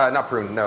not not prune, no.